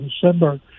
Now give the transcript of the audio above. December